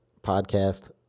podcast